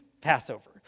Passover